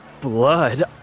Blood